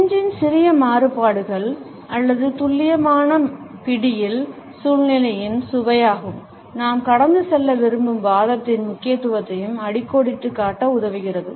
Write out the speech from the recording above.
bingeing சிறிய மாறுபாடுகள் அல்லது துல்லியமான பிடியில் சூழ்நிலையின் சுவையாகவும் நாம் கடந்து செல்ல விரும்பும் வாதத்தின் முக்கியத்துவத்தையும் அடிக்கோடிட்டுக் காட்ட உதவுகிறது